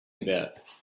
about